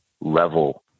level